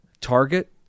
target